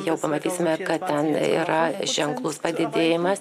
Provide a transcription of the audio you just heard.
jau pamatysime kad ten yra ženklus padidėjimas